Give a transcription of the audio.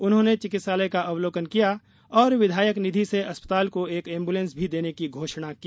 उन्होंने चिकित्सालय का अवलोकन किया और विधायक निधि से अस्पताल को एक एम्बूलेंस भी देने की घोषणा की